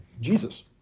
Jesus